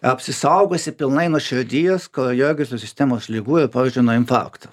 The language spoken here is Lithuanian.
apsisaugosi pilnai nuo širdies kraujagyslių sistemos ligų ir pavyzdžiui nuo infarkto